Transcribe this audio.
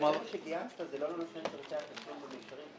כלומר --- זה שגיהצת זה לא לנותן שירותי התשלום במישרין.